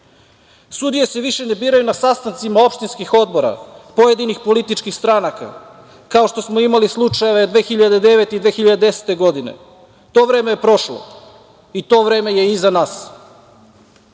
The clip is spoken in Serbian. se više ne biraju na sastancima opštinskih odbora pojedinih političkih stranaka, kao što smo imali slučajeve 2009. i 2010. godine. To vreme je prošlo i to vreme je iza nas.